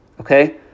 Okay